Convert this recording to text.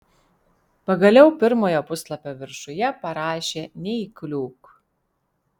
pagaliau pirmojo puslapio viršuje parašė neįkliūk